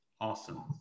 Awesome